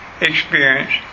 experience